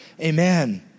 Amen